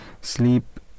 sleep